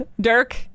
Dirk